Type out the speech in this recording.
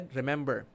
remember